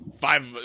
five